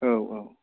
औ औ